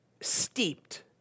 steeped